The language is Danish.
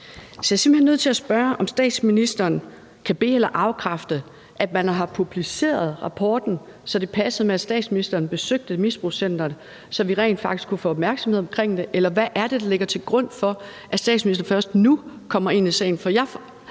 Så jeg er simpelt hen nødt til at spørge, om statsministeren kan be- eller afkræfte, at man har publiceret rapporten, så det passede med, at statsministeren besøgte misbrugscenteret, så vi rent faktisk kunne få opmærksomhed omkring det. Eller hvad er det, der ligger til grund for, at statsministeren først nu kommer ind i sagen?